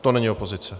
To není opozice.